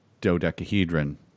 dodecahedron